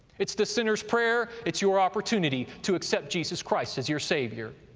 it's the sinner's prayer, it's your opportunity to accept jesus christ as your savior.